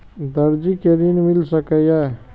दर्जी कै ऋण मिल सके ये?